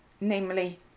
namely